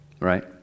Right